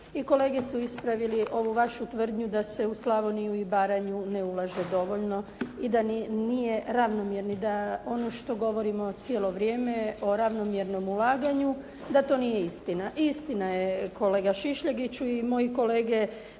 I kolege su ispravili ovu vašu tvrdnju da se u Slavoniju i Baranju ne ulaže dovoljno i da nije ravnomjerno, da ono što govorimo cijelo vrijeme o ravnomjernom ulaganju da to nije istina. Istina je kolega Šišljagiću. I moji kolege